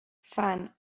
fan